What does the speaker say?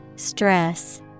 Stress